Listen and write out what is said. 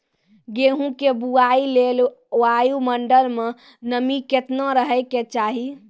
गेहूँ के बुआई लेल वायु मंडल मे नमी केतना रहे के चाहि?